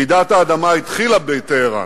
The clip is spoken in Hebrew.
רעידת האדמה התחילה בטהרן,